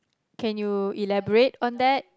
can you elaborate on that